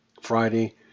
Friday